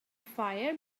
fire